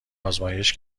آزمایش